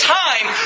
time